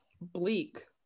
bleak